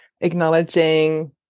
Acknowledging